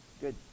Good